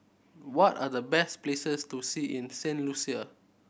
what are the best places to see in Saint Lucia